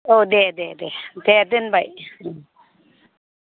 औ दे दे दे दे दोनबाय उम